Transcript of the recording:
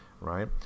right